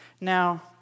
Now